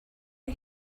are